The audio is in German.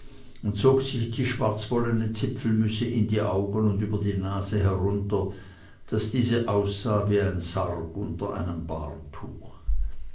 und zog sich die schwarzwollene zipfelmütze in die augen und über die nase herunter daß diese aussah wie ein sarg unter einem